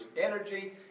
energy